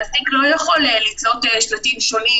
מעסיק לא יכול לתלות שלטים שונים